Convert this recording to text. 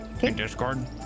Discord